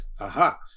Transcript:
Aha